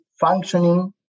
functioning